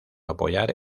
apoyar